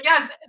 yes